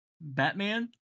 batman